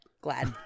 Glad